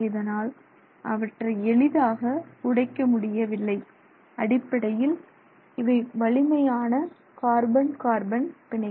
இதனால் அவற்றை எளிதாக உடைக்க முடியவில்லை அடிப்படையில் இவை வலிமையான கார்பன் கார்பன் பிணைப்பு